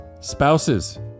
Spouses